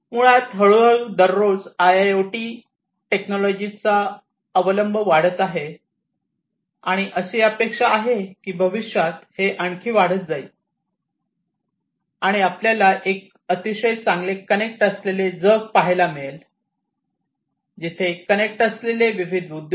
मुळात हळूहळू दररोज आयआयओटी टेक्नॉलॉजी चा अवलंब वाढत आहे आणि अशी अपेक्षा आहे की भविष्यात हे आणखी वाढत जाईल आणि आपल्याला एक अतिशय चांगले कनेक्ट केलेले जग पाहायला मिळेल जिथे कनेक्ट केलेले विविध उद्योग आहेत